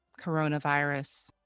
coronavirus